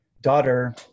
daughter